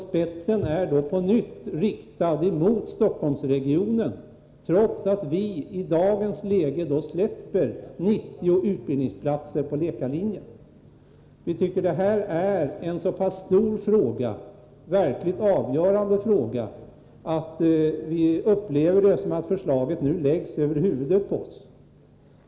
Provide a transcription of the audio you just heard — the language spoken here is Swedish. Spetsen är då på nytt riktad mot Stockholmsregionen, trots att vi i dagens läge släpper 90 utbildningsplatser på läkarlinjen. Vi tycker att detta är en stor och verkligt avgörande fråga, och vi upplever det som att förslaget nu läggs över våra huvuden.